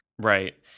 right